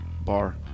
bar